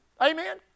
Amen